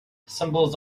symbols